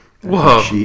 Whoa